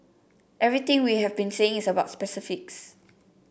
everything we have been saying is about specifics